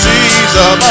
Jesus